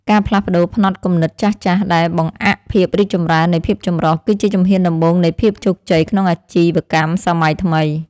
ការផ្លាស់ប្តូរផ្នត់គំនិតចាស់ៗដែលបង្អាក់ភាពរីកចម្រើននៃភាពចម្រុះ គឺជាជំហានដំបូងនៃភាពជោគជ័យក្នុងអាជីវកម្មសម័យថ្មី។